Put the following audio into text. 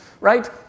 right